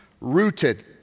rooted